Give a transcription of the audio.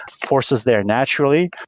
forces there naturally,